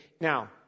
now